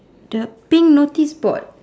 the pink notice board